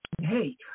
Hey